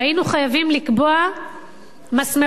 והיינו חייבים לקבוע מסמרות,